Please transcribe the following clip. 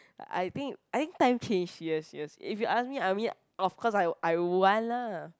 I think I think time change serious serious if you ask me I mean of course I I'd want lah